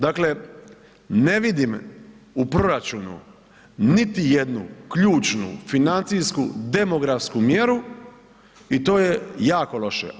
Dakle, ne vidim u proračunu niti jednu ključnu financijsku, demografsku mjeru i to je jako loše.